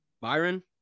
Byron